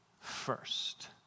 first